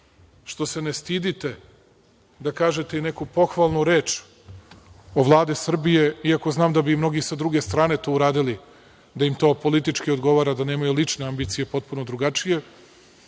što se ne stidite da kažete i neku pohvalnu reč o Vladi Srbije, iako znam da bi mnogi sa druge strane to uradili, da im to politički odgovara, da nemaju lične ambicije, potpuno drugačije. Hvala